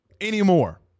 anymore